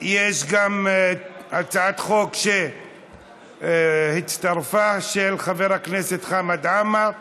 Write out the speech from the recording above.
יש גם הצעת חוק שהצטרפה, של חבר הכנסת חמד עמאר.